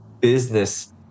business